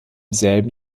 selben